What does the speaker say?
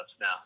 now